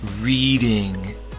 reading